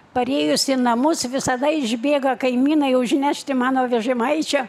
parėjus į namus visada išbėga kaimynai užnešti mano vežimaičio